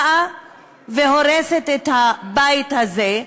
באה והורסת את הבית הזה.